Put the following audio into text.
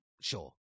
sure